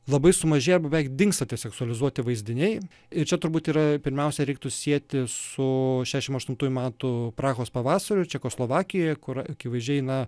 labai sumažėja arba beveik dingsta tie seksualizuoti vaizdiniai ir čia turbūt yra pirmiausia reiktų sieti su šešiasdešimt aštuntųjų metų prahos pavasariu čekoslovakijoje kur akivaizdžiai na